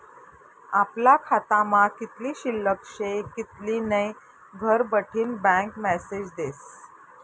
आपला खातामा कित्ली शिल्लक शे कित्ली नै घरबठीन बँक मेसेज देस